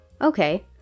Okay